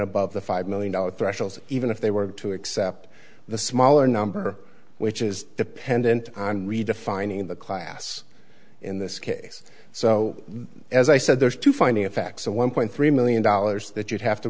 above the five million dollars threshold even if they were to accept the smaller number which is dependent on redefining the class in this case so as i said those two finding effects of one point three million dollars that you'd have to